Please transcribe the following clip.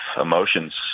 emotions